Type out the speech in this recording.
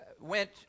went